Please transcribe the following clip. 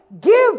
Give